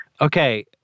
Okay